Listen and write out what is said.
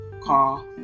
Call